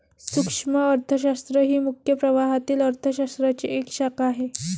सूक्ष्म अर्थशास्त्र ही मुख्य प्रवाहातील अर्थ शास्त्राची एक शाखा आहे